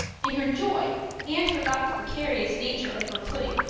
in her joy anne forgot the precarious nature of her footing,